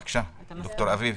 בבקשה, ד"ר אביב.